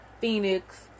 Phoenix